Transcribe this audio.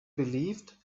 believed